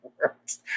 works